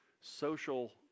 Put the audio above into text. Social